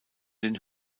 den